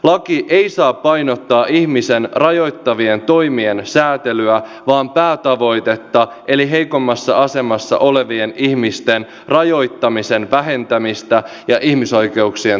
laki ei saa painottaa ihmistä rajoittavien toimien säätelyä vaan päätavoitetta eli heikommassa asemassa olevien ihmisen rajoittamisen vähentämistä ja ihmisoikeuksien toteutumista